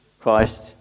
Christ